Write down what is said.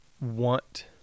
want